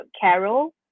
Carol